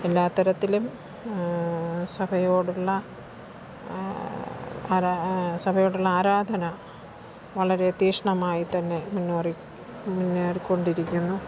എല്ലാ തരത്തിലും സഭയോടുള്ള സഭയോടുള്ള ആരാധന വളരെ തീക്ഷണമായിതന്നെ മുന്നേറിക്കൊണ്ടിരിക്കുന്നു